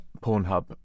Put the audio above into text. Pornhub